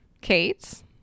Kate